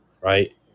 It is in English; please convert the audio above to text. right